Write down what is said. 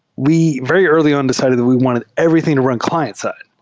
we very early on decided that we wanted everything to run client-side,